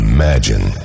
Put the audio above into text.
Imagine